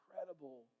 incredible